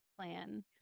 plan